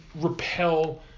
repel